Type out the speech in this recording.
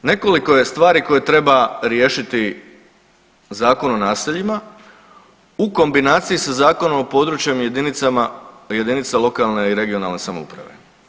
Nekoliko je stvari koje treba riješiti Zakon o naseljima u kombinaciji sa Zakonom o područnim jedinicama, jedinica lokalne i regionalne samouprave.